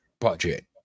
budget